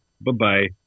bye-bye